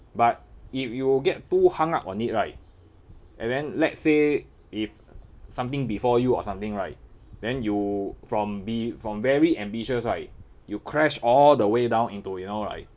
but if you get too hung up on it right and then let's say if something befall you or something right then you from be from very ambitious right you crash all the way down into you know like